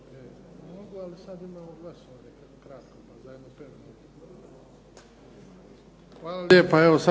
Hvala